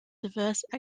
diverse